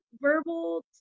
verbal